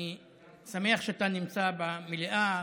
אני שמח שאתה נמצא במליאה,